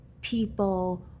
people